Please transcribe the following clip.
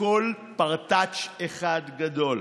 הכול פרטאץ' אחד גדול.